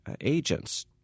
agents